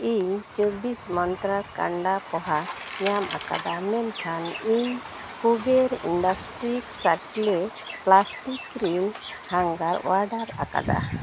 ᱤᱧ ᱪᱚᱵᱵᱤᱥ ᱢᱟᱱᱛᱨᱟ ᱠᱟᱱᱰᱟ ᱯᱚᱦᱟ ᱧᱟᱢ ᱟᱠᱟᱫᱟ ᱢᱮᱱᱠᱷᱟᱱ ᱤᱧ Kuber industries circle plastic ring hanger order ᱟᱠᱟᱫᱟ